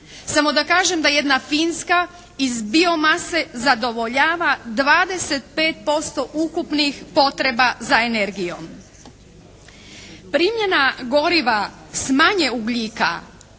Samo da kažem da jedna Finska iz biomase zadovoljava 25% ukupnih potreba za energijom. Primjena goriva s manje ugljika